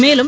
மேலும்